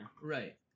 Right